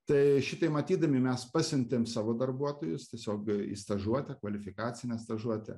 tai šitai matydami mes pasiuntėm savo darbuotojus tiesiog į stažuotę kvalifikacinę stažuotę